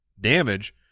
damage